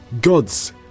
gods